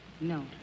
No